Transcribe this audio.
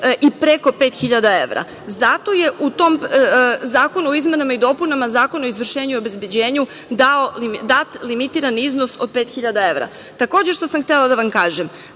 i preko 5.000 evra. Zato je u tom Zakonu o izmenama i dopunama Zakona o izvršenju i obezbeđenju dat limitiran iznos od 5.000 evra. Takođe, htela sam da vam kažem,